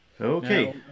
Okay